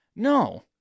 No